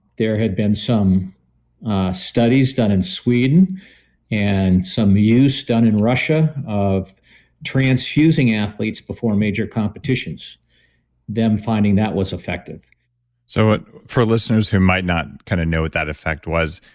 there had been some studies done in sweden and some use done in russia of transfusing athletes before major competitions them finding that was effective so for listeners who might not kind of know what that effect was,